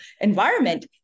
environment